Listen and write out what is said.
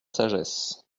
sagesse